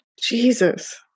Jesus